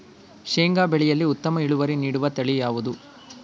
ಶೇಂಗಾ ಬೆಳೆಯಲ್ಲಿ ಉತ್ತಮ ಇಳುವರಿ ನೀಡುವ ತಳಿ ಯಾವುದು?